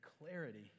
clarity